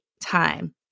time